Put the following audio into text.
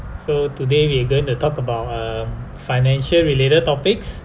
so today we're going to talk about uh financial related topics